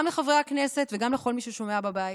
גם לחברי הכנסת וגם לכל מי ששומע בבית.